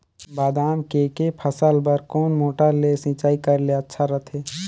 बादाम के के फसल बार कोन मोटर ले सिंचाई करे ले अच्छा रथे?